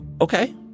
Okay